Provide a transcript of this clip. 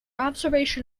observation